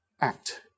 act